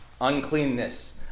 uncleanness